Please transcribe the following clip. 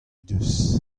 deus